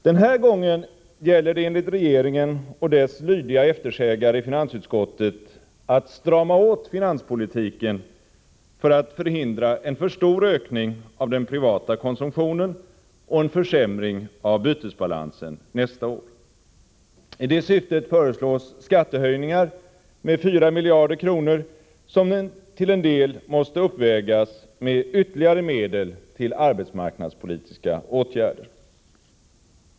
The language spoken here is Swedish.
Den här gången gäller det enligt regeringen och dess lydiga eftersägare i finansutskottet att strama åt finanspolitiken för att förhindra en för stor ökning av den privata konsumtionen och en försämring av bytesbalansen nästa år. I det syftet föreslås skattehöjningar med 4 miljarder kronor, som till en del måste uppvägas med ytterligare medel till arbetsmarknadspolitiska åtgärder.